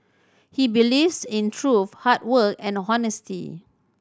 he believes in truth hard work and honesty